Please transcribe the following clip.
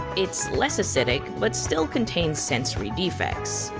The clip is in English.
it's less acidic, but still contains sensory defects.